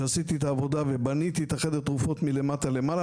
שעשיתי את העבודה ובניתי את חדר התרופות מלמטה למעלה,